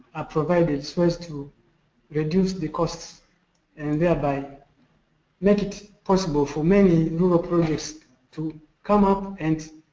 are provided so as to reduce the costs and thereby make it possible for many rural projects to come up and